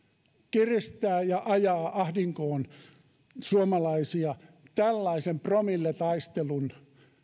kiristää ja ajaa ahdinkoon suomalaisia tällaisen promilletaistelun